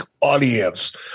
audience